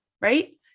right